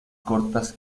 cortas